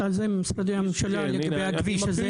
ממשרדי הממשלה יכול לענות לגבי הכביש הזה?